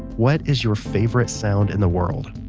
what is your favorite sound in the world?